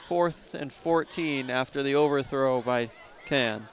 fourth and fourteen after the overthrow by